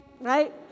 right